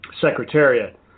secretariat